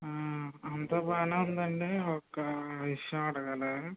అంత బాగా ఉందండి ఒక విషయం అడగాలి